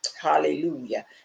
hallelujah